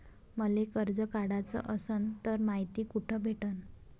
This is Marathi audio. मले कर्ज काढाच असनं तर मायती कुठ भेटनं?